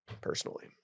personally